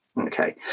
Okay